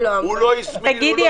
הוא לא הזמין,